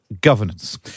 governance